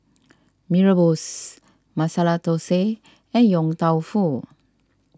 Mee Rebus Masala Thosai and Yong Tau Foo